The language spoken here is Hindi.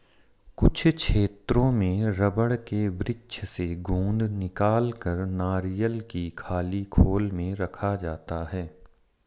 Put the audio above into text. कुछ क्षेत्रों में रबड़ के वृक्ष से गोंद निकालकर नारियल की खाली खोल में रखा जाता है